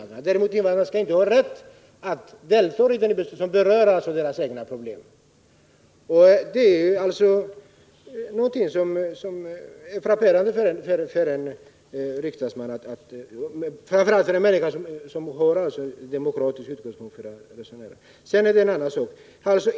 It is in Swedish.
Däremot skall invandrarna inte ha rätt att delta i de beslut som berör deras egna problem. Det är någonting som är frapperande för en människa som har demokratisk utgångspunkt för sitt resonemang. Sedan vill jag ta upp en annan sak.